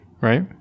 right